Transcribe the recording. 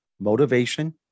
motivation